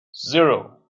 zero